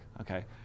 okay